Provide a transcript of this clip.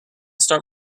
start